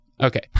Okay